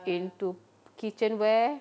into kitchenware